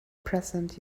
present